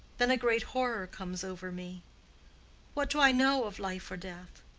then a great horror comes over me what do i know of life or death?